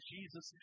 Jesus